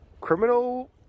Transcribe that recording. criminal